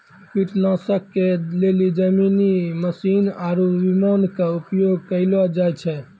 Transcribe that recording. कीटनाशक के लेली जमीनी मशीन आरु विमान के उपयोग कयलो जाय छै